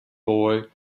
boy